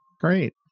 Great